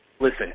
Listen